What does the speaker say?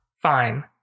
fine